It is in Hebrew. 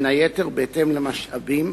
בין היתר בהתאם למשאבים